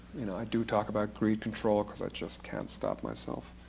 you know, i do talk about greed control because i just can't stop myself.